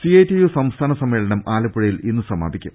CITU സംസ്ഥാന സമ്മേളനം ആലപ്പുഴയിൽ ഇന്ന് സമാ പിക്കും